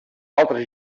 altres